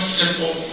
simple